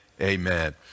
Amen